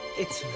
it?